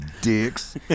dicks